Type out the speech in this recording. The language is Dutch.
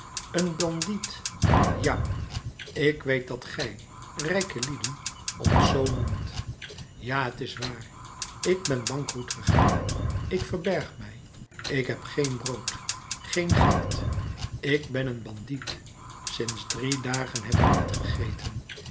een bandiet ja ik weet dat gij rijke lieden ons zoo noemt ja t is waar ik ben bankroet gegaan ik verberg mij ik heb geen brood geen geld ik ben een bandiet sinds drie dagen heb ik niet gegeten